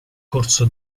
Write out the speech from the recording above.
corso